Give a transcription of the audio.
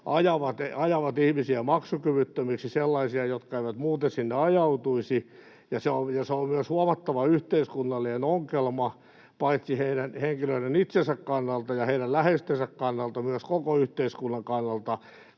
ajavat ihmisiä maksukyvyttömiksi, sellaisia, jotka eivät muuten sinne ajautuisi, ja se on myös huomattava yhteiskunnallinen ongelma paitsi näiden henkilöiden itsensä kannalta ja heidän läheistensä kannalta myös koko yhteiskunnan kannalta.